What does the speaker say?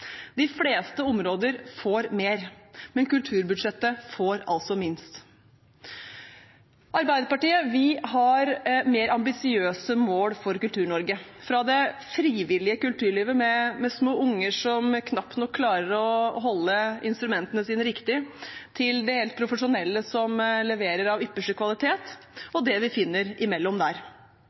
De fleste områder får mer, men kulturbudsjettet får altså minst. Arbeiderpartiet har mer ambisiøse mål for Kultur-Norge – fra det frivillige kulturlivet, med små unger som knapt nok klarer å holde instrumentene sine riktig, til det helt profesjonelle, som leverer av ypperste kvalitet, og det vi finner imellom det. Vi la fram Det nye kulturløftet i